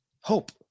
Hope